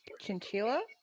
chinchilla